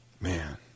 Man